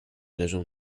leżał